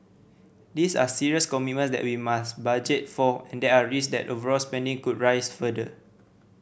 these are serious commitments that we must budget for and there are risk that overall spending could rise further